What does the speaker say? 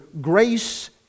grace